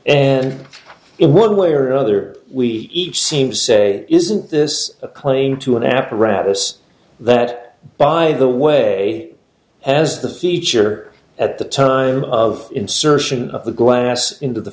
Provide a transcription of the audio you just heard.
and in one way or another we seem say isn't this a claim to an apparatus that by the way has the feature at the time of insertion of the glass into the